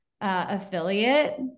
affiliate